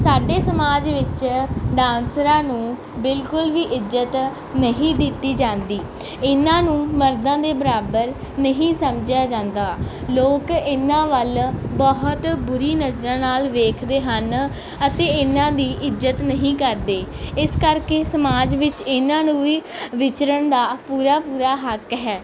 ਸਾਡੇ ਸਮਾਜ ਵਿੱਚ ਡਾਂਸਰਾਂ ਨੂੰ ਬਿਲਕੁਲ ਵੀ ਇੱਜ਼ਤ ਨਹੀਂ ਦਿੱਤੀ ਜਾਂਦੀ ਇਹਨਾਂ ਨੂੰ ਮਰਦਾਂ ਦੇ ਬਰਾਬਰ ਨਹੀਂ ਸਮਝਿਆ ਜਾਂਦਾ ਲੋਕ ਇਹਨਾਂ ਵੱਲ ਬਹੁਤ ਬੁਰੀ ਨਜ਼ਰ ਨਾਲ ਵੇਖਦੇ ਹਨ ਅਤੇ ਇਹਨਾਂ ਦੀ ਇੱਜ਼ਤ ਨਹੀਂ ਕਰਦੇ ਇਸ ਕਰਕੇ ਸਮਾਜ ਵਿੱਚ ਇਹਨਾਂ ਨੂੰ ਵੀ ਵਿਚਰਨ ਦਾ ਪੂਰਾ ਪੂਰਾ ਹੱਕ ਹੈ